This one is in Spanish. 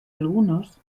algunos